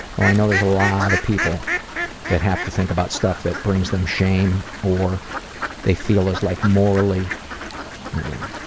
well i know there's a lot of people that have to think about stuff that brings them shame or they feel is like morally you know,